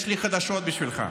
יש לי חדשות בשבילך: